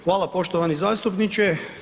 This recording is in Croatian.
Hvala poštovani zastupniče.